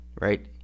right